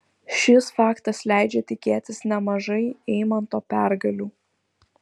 šis faktas leidžia tikėtis nemažai eimanto pergalių